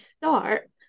start